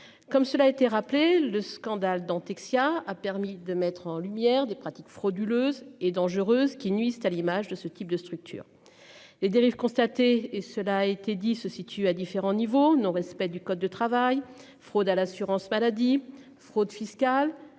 comme cela a été rappelé le scandale Dentexia a permis de mettre en lumière des pratiques frauduleuses et dangereuses qui nuisent à l'image de ce type de structure. Les dérives constatées et cela a été dit se situe à différents niveaux. Non respect du code de travail fraude à l'assurance maladie, fraude fiscale